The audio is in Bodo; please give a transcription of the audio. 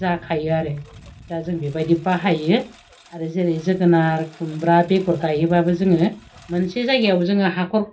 जाखायो आरो दा जों बेबादि बाहायो आरो जेरै जोगोनार खुमब्रा बेगर गाइयोबाबो जोङो मोनसे जायगायाव जोङो हाखर